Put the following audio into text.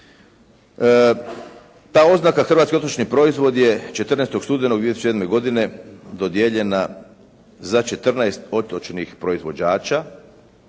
Ta oznaka hrvatski otočni proizvod je 14. studenoga 2007. godine dodijeljena za 14 otočnih proizvođača,